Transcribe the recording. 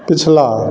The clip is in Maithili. पछिला